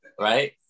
Right